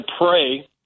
pray